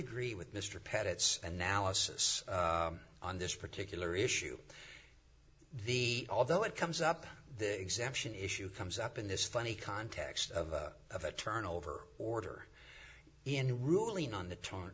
agree with mr pett its analysis on this particular issue the although it comes up the exemption issue comes up in this funny context of of a turnover order in ruling on the t